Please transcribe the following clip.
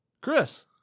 Chris